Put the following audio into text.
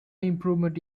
improvement